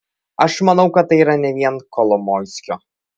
aš manau kad tai yra ne vien kolomoiskio